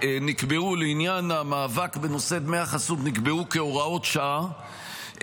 שנקבעו לעניין המאבק בנושא דמי חסות נקבעו כהוראות שעה,